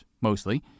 mostly